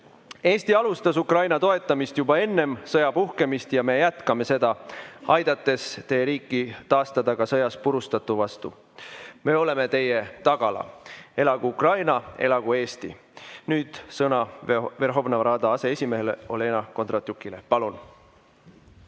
Eesti alustas Ukraina toetamist juba enne sõja puhkemist ja me jätkame seda, aidates teie riigil taastada sõjas purustatut. Me oleme teie tagala. Elagu Ukraina! Elagu Eesti! Nüüd sõna Verhovna Rada aseesimehele Olena Kondratjukile. Palun! Meil